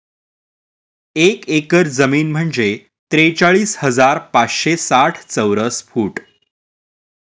एक एकर जमीन म्हणजे त्रेचाळीस हजार पाचशे साठ चौरस फूट